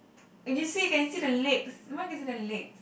you see can see the legs mine is the legs